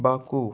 Baku